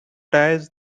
ties